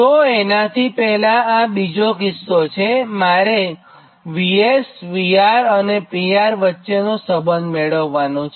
તોએનાથી પહેલા આ બીજો કિસ્સો છે મારે VS VR અને PRનો સંબંધ મેળવ્વાનું છે